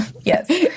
Yes